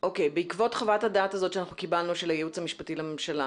בעקבות חוות הדעת הזאת שאנחנו קיבלנו של הייעוץ המשפטי לממשלה,